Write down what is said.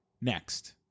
Next